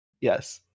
Yes